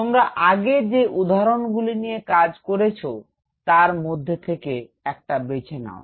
তোমরা আগে যে উদাহরণগুলি নিয়ে কাজ করেছ তার মধ্যে থেকে একটা বেছে নাও